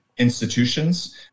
institutions